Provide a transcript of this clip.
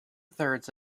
thirds